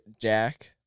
Jack